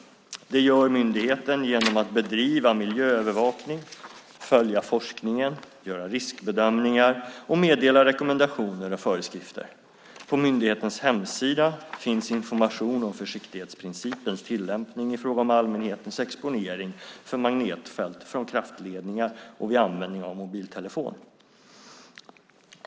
Det gör myndigheten genom att bedriva miljöövervakning, följa forskningen, göra riskbedömningar och meddela rekommendationer och föreskrifter. På myndighetens hemsida finns information om försiktighetsprincipens tillämpning i fråga om allmänhetens exponering för magnetfält från kraftledningar och vid användning av mobiltelefon.